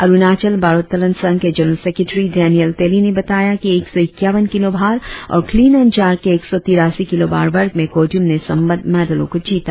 अरुणाचल भारोत्तोलन संघ के जनरल सेक्रेटेरी डेनियल तेली ने बताया कि एक सौ इक्यावन किलो भार और क्लीन एण्ड जार्क के एक सौ तिरासी किलो भार वर्ग में कोजूम ने संबद्ध मेंडलो को जीता